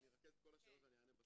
אני ארכז את כל השאלות ואני אענה בסוף.